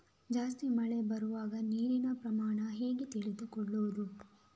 ಜಾಸ್ತಿ ಮಳೆ ಬರುವಾಗ ನೀರಿನ ಪ್ರಮಾಣ ಹೇಗೆ ತಿಳಿದುಕೊಳ್ಳುವುದು?